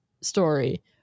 story